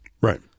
Right